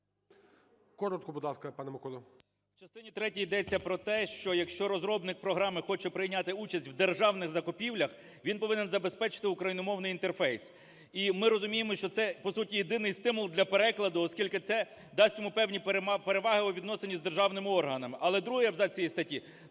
Коротко, будь ласка, пане Миколо.